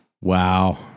Wow